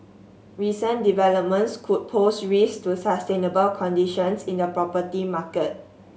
recent developments could pose risk to sustainable conditions in the property market